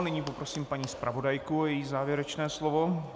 Nyní poprosím paní zpravodajku a její závěrečné slovo.